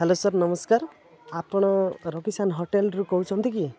hello sir ନମସ୍କାର ଆପଣ ରବିଶାନ ହୋଟେଲରୁ କହୁଛନ୍ତି କି